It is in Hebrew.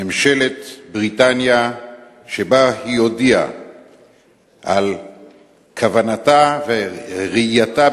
ממשלת בריטניה שבה היא הודיעה על כוונתה וראייתה